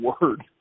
word